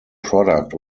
product